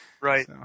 right